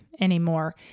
anymore